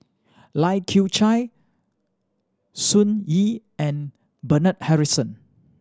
Lai Kew Chai Sun Yee and Bernard Harrison